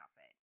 outfit